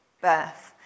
birth